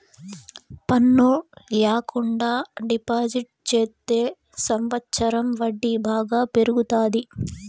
పన్ను ల్యాకుండా డిపాజిట్ చెత్తే సంవచ్చరం వడ్డీ బాగా పెరుగుతాది